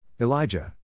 Elijah